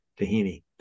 tahini